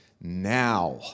Now